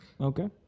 Okay